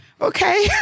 Okay